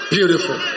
Beautiful